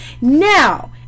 Now